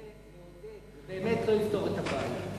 זה באמת לא יפתור את הבעיה,